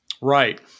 Right